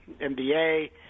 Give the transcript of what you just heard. NBA